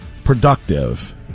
productive